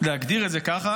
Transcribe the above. להגדיר אותו כך,